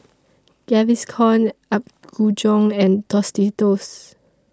Gaviscon Apgujeong and Tostitos